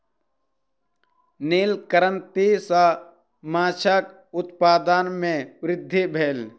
नील क्रांति सॅ माछक उत्पादन में वृद्धि भेल